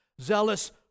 Zealous